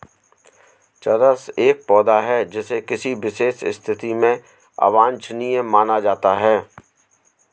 चरस एक पौधा है जिसे किसी विशेष स्थिति में अवांछनीय माना जाता है